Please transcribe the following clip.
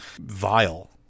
vile